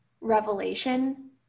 revelation